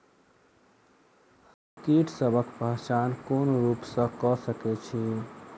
हम कीटसबक पहचान कोन रूप सँ क सके छी?